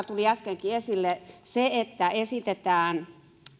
tuli äskenkin esille se että esitetään